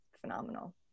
phenomenal